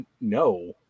no